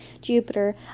Jupiter